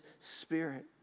Spirit